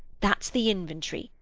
that's the inventory.